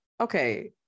Okay